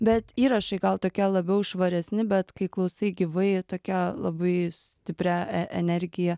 bet įrašai gal tokie labiau švaresni bet kai klausai gyvai jie tokie labai stipria e energija